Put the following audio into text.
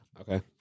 Okay